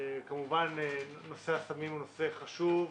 כמובן, נושא הסמים הוא נושא חשוב,